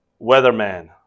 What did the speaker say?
weatherman